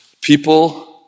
people